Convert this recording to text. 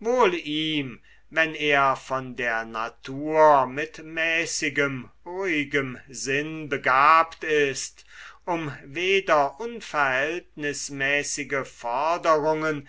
wohl ihm wenn er von der natur mit mäßigem ruhigem sinn begabt ist um weder unverhältnismäßige forderungen